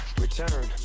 return